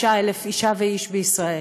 36,000 אישה ואיש בישראל,